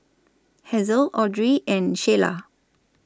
Hazle Audry and Sheyla